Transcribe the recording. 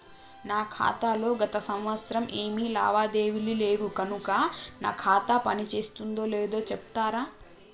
నా ఖాతా లో గత సంవత్సరం ఏమి లావాదేవీలు లేవు కనుక నా ఖాతా పని చేస్తుందో లేదో చెప్తరా?